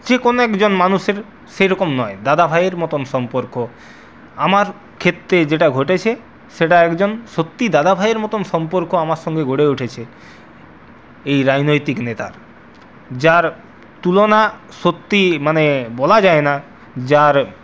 যে কোনো একজন মানুষের সেরকম নয় দাদা ভাইয়ের মতন সম্পর্ক আমার ক্ষেত্রে যেটা ঘটেছে সেটা একজন সত্যি দাদা ভাইয়ের মতন সম্পর্ক আমার সঙ্গে গড়ে উঠেছে এই রাজনৈতিক নেতার যার তুলনা সত্যি মানে বলা যায় না যার